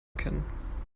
erkennen